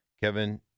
Kevin